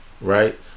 right